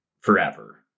forever